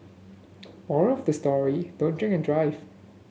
moral of the story don't drink and drive